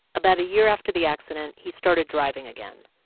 about a year after the accident, he started driving again.